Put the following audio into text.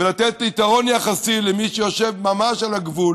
לתת פתרון יחסי למי שיושב ממש על הגבול